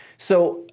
so,